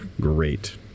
great